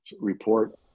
report